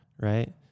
right